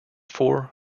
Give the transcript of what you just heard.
four